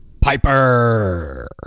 Piper